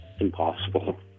Impossible